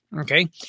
okay